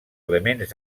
elements